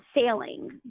sailing